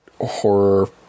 horror